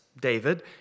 David